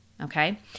Okay